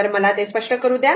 तर मला ते स्पष्ट करू द्या